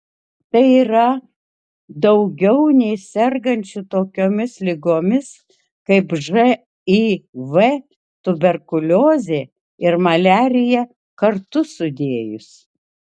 tai yra daugiau nei sergančių tokiomis ligomis kaip živ tuberkuliozė ir maliarija kartu sudėjus